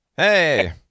Hey